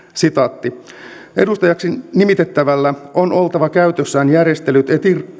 edustajaksi nimitettävällä on oltava käytössään järjestelyt